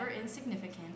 insignificant